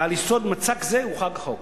ועל יסוד מצג זה חוקק החוק,